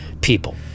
people